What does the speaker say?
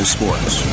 Sports